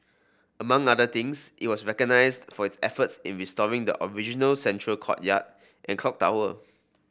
among other things it was recognised for its efforts in restoring the original central courtyard and clock tower